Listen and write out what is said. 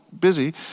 busy